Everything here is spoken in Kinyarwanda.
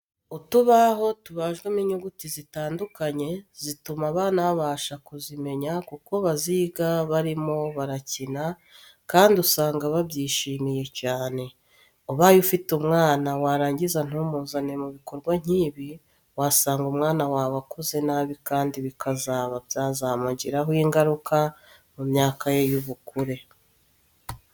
Utubaho tubajwemo inyuguti zitandukanye zituma abana babasha kuzimenya kuko baziga barimo barakina kandi usanga babyishimiye cyane. Ubaye ufite umwana warangiza ntumuzane mu bikorwa nk'ibi ,wasanga umwana wawe akuze nabi kandi bikaba byazamugiraho ingaruka mu myaka ye y'ubukure.